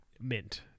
Mint